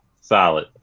Solid